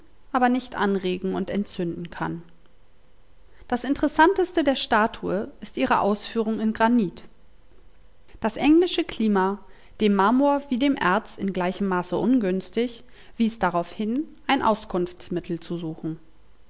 aber nicht anregen und entzünden kann das interessanteste der statue ist ihre ausführung in granit das englische klima dem marmor wie dem erz in gleichem maße ungünstig wies darauf hin ein auskunftsmittel zu suchen